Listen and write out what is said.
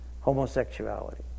homosexuality